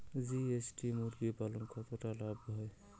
GST মুরগি পালনে কতটা লাভ হয়?